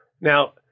Now